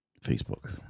Facebook